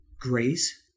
grace